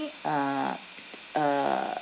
uh uh